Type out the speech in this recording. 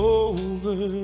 over